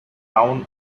town